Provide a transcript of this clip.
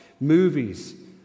Movies